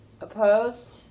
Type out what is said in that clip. Opposed